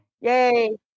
Yay